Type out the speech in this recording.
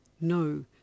No